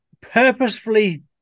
purposefully